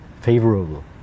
favorable